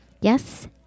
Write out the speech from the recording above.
yes